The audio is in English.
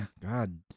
God